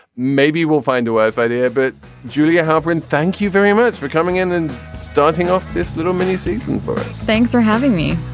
maybe we'll find a wise idea but julia hoffman thank you very much for coming in and starting off this little mini season for us. thanks for having me